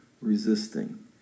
resisting